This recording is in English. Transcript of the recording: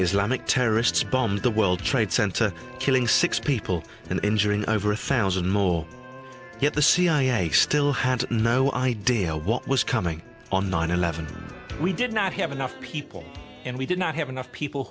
islamic terrorists bombed the world trade center killing six people and injuring over a thousand more yet the cia still had no idea what was coming on nine eleven we did not have enough people and we did not have enough people